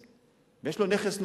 ויש לו נכס נוסף,